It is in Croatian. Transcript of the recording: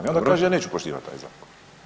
I onda kaže ja neću poštivati taj zakon.